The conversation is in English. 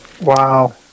Wow